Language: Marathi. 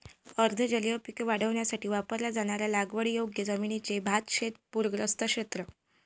अर्ध जलीय पिके वाढवण्यासाठी वापरल्या जाणाऱ्या लागवडीयोग्य जमिनीचे भातशेत पूरग्रस्त क्षेत्र